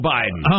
Biden